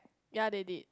ya they did